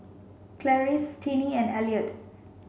Clarice Tinie and Elliott